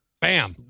Bam